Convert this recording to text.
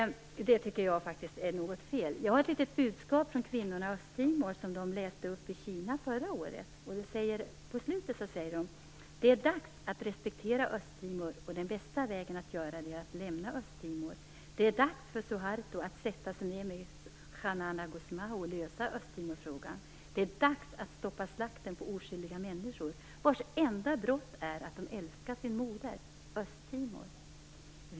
Det tycker jag faktiskt är något fel. Jag har ett litet budskap från kvinnorna i Östtimor, som de läste upp i Kina förra året. På slutet säger de: Det är dags att respektera Östtimor och den bästa vägen att göra det är att lämna Östtimor. Det är dags för Suharto att sätta sig ned med Xanana Gusmão och lösa Östtimorfrågan. Det är dags att stoppa slakten på oskyldiga människor, vars enda brott är att de älskar sin moder, Östtimor.